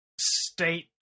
state